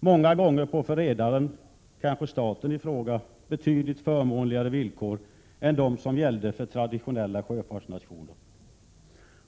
många gånger på för redaren — kanske också staten i fråga — betydligt förmånligare villkor än de villkor som gällde för traditionella sjöfartsnationer.